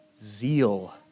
zeal